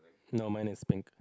no mine is pink